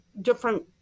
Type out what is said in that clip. different